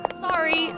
Sorry